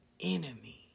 enemy